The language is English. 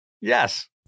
Yes